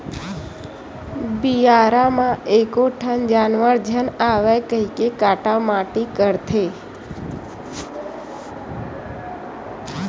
बियारा म एको ठन जानवर झन आवय कहिके काटा माटी करथन